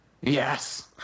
Yes